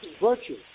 virtue